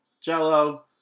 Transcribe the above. jello